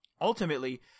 Ultimately